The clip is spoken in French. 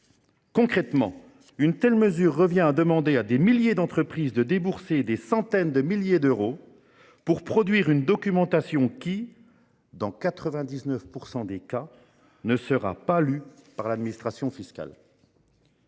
Concrètement, une telle mesure revient à demander à des milliers d’entreprises de débourser des centaines de milliers d’euros pour produire une documentation qui, dans 99 % des cas, ne sera pas lue par l’administration fiscale.